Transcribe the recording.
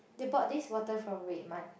they bought this water from Redmart